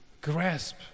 grasp